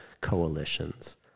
coalitions